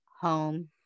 home